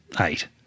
eight